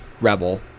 rebel